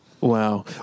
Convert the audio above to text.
Wow